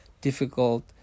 difficult